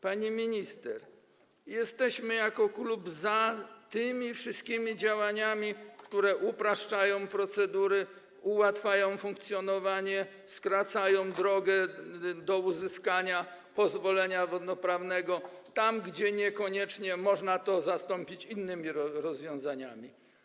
Pani minister, jesteśmy jako klub za tymi wszystkimi działaniami, które upraszczają procedury, ułatwiają funkcjonowanie, skracają drogę do uzyskania pozwolenia wodnoprawnego, tam, gdzie niekoniecznie można to zastąpić innymi rozwiązaniami.